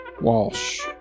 Walsh